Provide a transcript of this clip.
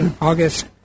August